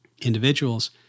individuals